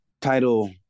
title